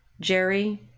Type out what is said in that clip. Jerry